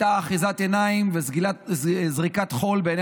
היה אחיזת עיניים וזריית חול בעיני